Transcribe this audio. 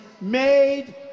made